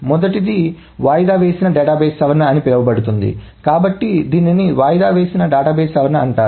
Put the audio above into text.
మొదటిది వాయిదా వేసిన డేటాబేస్ సవరణ అని పిలువబడుతుంది కాబట్టి దీనిని వాయిదా వేసిన డేటాబేస్ సవరణ అంటారు